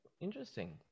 Interesting